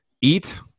eat